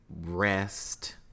rest